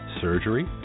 surgery